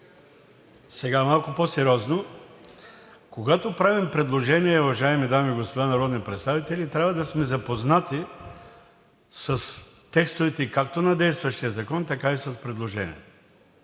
Сега малко по сериозно. Когато правим предложения, уважаеми дами и господа народни представители, трябва да сме запознати с текстовете както на действащия закон, така и с предложенията.